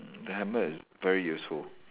mm the hammer is very useful